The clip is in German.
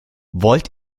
wollt